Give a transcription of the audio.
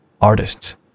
artists